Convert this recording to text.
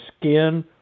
skin